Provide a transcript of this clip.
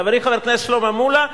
חברי חבר הכנסת שלמה מולה,